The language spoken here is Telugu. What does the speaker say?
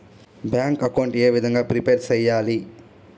బ్యాంకు అకౌంట్ ఏ విధంగా ప్రిపేర్ సెయ్యాలి?